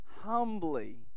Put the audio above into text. humbly